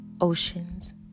oceans